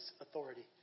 authority